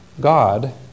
God